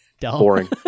boring